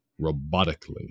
robotically